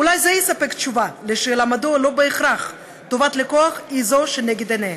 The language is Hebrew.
אולי זה יספק תשובה לשאלה מדוע לא בהכרח טובת הלקוח היא שנגד עיניהם: